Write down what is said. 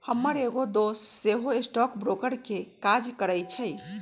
हमर एगो दोस सेहो स्टॉक ब्रोकर के काज करइ छइ